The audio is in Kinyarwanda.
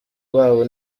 babo